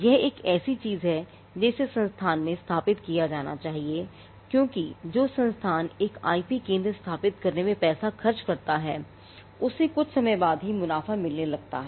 यह एक ऐसी चीज है जिसे संस्थान में स्थापित किया जाना चाहिए क्योंकि जो संस्थान एक आईपी केंद्र स्थापित करने में पैसा खर्च करता है उसे कुछ समय बाद ही मुनाफा मिलने लगता है